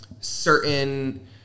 certain